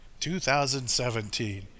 2017